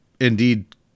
indeed